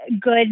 good